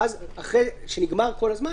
ואז אחרי שנגמר כל הזמן,